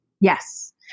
Yes